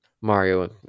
mario